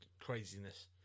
craziness